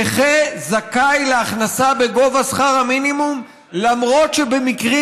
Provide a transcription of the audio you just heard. נכה זכאי להכנסה בגובה שכר המינימום למרות שבמקרים